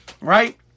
Right